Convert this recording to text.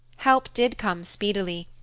help did come speedily,